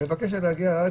מבקשת להגיע לארץ,